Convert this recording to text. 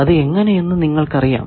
അത് എങ്ങനെ എന്ന് നിങ്ങൾക്കറിയാം